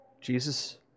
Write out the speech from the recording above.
Jesus